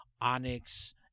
Onyx